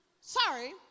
Sorry